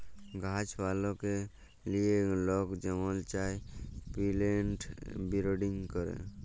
গাহাছ পালাকে লিয়ে লক যেমল চায় পিলেন্ট বিরডিং ক্যরে